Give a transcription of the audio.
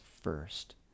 first